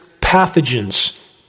pathogens